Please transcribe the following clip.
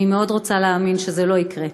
אני מאוד רוצה להאמין שזה לא יקרה.